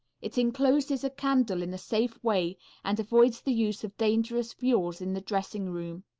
it encloses a candle in a safe way and avoids the use of dangerous fuels in the dressing rooms.